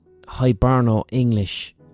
Hiberno-English